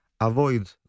Avoid